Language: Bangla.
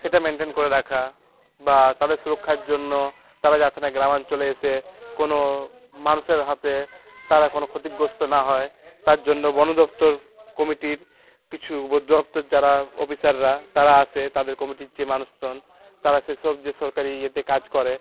সেটা মেনটেন করে রাখা বা তাদের সুরক্ষার জন্য তারা যাতে না গ্রামাঞ্চলে এসে কোনো মানুষের হাতে তারা কোনো ক্ষতিগ্রস্ত না হয় তার জন্য বনদপ্তর কমিটির কিছু বন দপ্তরের যারা অফিসাররা তারা আসে তাদের কমিটির যে মানুষজন তারা সেসব যে সরকারি ইয়েতে কাজ করে